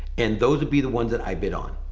and those would be the ones that i bid on.